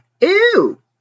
Ew